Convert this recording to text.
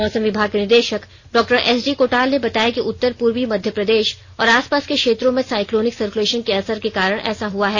मौसम विभाग के निदेशक डा एस डी कोटाल ने बताया कि उतर पूर्वी मध्य प्रदेश और आस पास के क्षत्रों में साईक्लोनिक सर्कुलेशन के असर के कारण ऐसा हुआ है